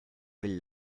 will